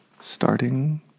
starting